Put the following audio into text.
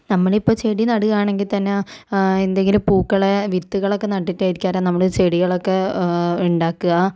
നമ്മളിപ്പം ചെടി നടുകയാണെങ്കിൽ തന്നെ എന്തെങ്കിലും പൂക്കള് വിത്തുകളൊക്കെ നട്ടിട്ടായിരിക്കും അത് നമ്മള് ചെടികളെക്കെ ഉണ്ടാക്കുക